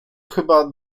chyba